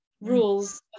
rules